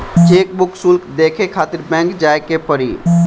chequebook शुल्क देखे खातिर बैंक जाए के पड़ी